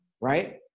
right